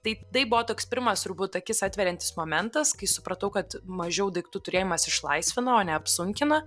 tai tai buvo toks pirmas turbūt akis atveriantis momentas kai supratau kad mažiau daiktų turėjimas išlaisvina o ne apsunkina